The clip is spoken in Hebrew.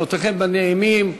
שנותיכם בנעימים,